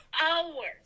hours